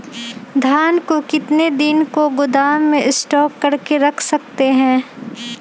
धान को कितने दिन को गोदाम में स्टॉक करके रख सकते हैँ?